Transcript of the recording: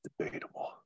debatable